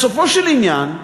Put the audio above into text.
בסופו של עניין,